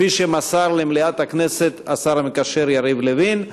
כפי שמסר למליאת הכנסת השר המקשר יריב לוין.